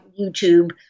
YouTube